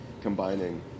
combining